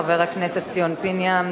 חבר הכנסת ציון פיניאן,